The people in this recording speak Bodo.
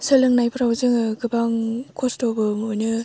सोलोंनायफोराव जोङो गोबां खस्थ'बो मोनो